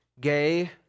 Gay